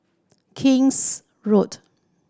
King's Road